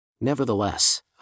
Nevertheless